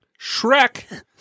Shrek